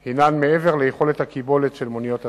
הוא מעבר ליכולת הקיבולת של מוניות השירות.